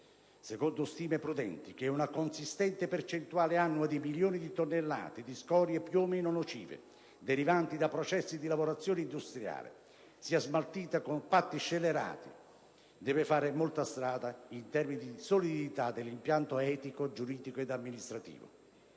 secondo stime prudenti - accetti che una consistente quota annua di milioni di tonnellate di scorie più o meno nocive, derivanti da processi di lavorazione industriale, sia smaltita con patti scellerati deve fare molta strada in termini di solidità dell'impianto etico, giuridico e amministrativo.